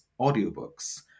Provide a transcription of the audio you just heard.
audiobooks